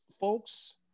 folks